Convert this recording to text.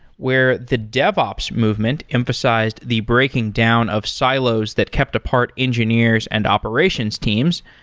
where the devops movement emphasized the breaking down of silos that kept apart engineers and operations teams,